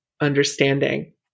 understanding